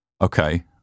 okay